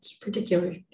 particular